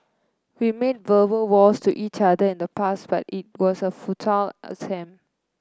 we made verbal vows to each other in the past but it was a futile attempt